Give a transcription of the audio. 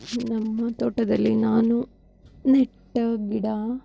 ನಮ್ಮ ತೋಟದಲ್ಲಿ ನಾನು ನೆಟ್ಟ ಗಿಡ